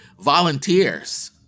volunteers